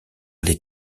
les